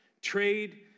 trade